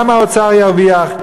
גם האוצר ירוויח,